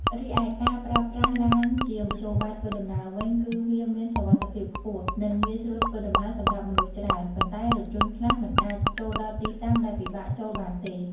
រីឯការប្រើប្រាស់ឡានជាមធ្យោបាយធ្វើដំណើរវិញ គឺវាមានសុវត្ថិភាពខ្ពស់ និងងាយស្រួលធ្វើដំណើរសម្រាប់មនុស្សច្រើន ប៉ុន្តែរថយន្តខ្លះមិនអាចចូលដល់ទីតាំងដែលពិបាកចូលបានទេ។